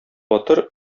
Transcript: батыр